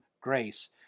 grace